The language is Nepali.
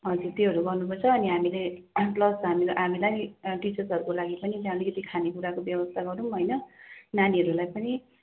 हजुर त्योहरू गर्नुपर्छ अनि हामीले प्लस हामीलाई टिचर्सहरूको लागि पनि त्यहाँ अलिकति खानेकुराको व्यवस्था गरौँ होइन नानीहरूलाई पनि